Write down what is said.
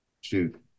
shoot